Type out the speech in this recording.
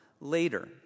later